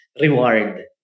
reward